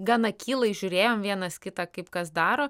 gan akylai žiūrėjom vienas kitą kaip kas daro